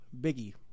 Biggie